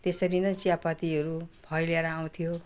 त्यसरी नै चियापत्तीहरू फैलिएर आउँथ्यो